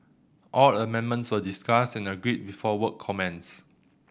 all amendments were discussed and agreed before work commenced